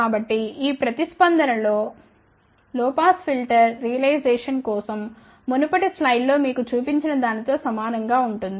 కాబట్టి ఈ ప్రతిస్పందన లో పాస్ ఫిల్టర్ రియలైజేషన్ కోసం మునుపటి స్లైడ్లో మీకు చూపించిన దానితో సమానం గా ఉంటుంది